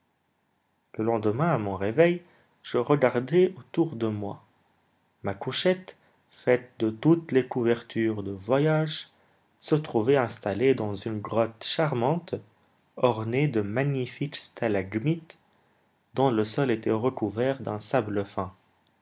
le lendemain à mon réveil je regardai autour de moi ma couchette faite de toutes les couvertures de voyage se trouvait installée dans une grotte charmante ornée de magnifiques stalagmites dont le sol était recouvert d'un sable fin